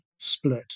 split